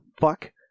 fuck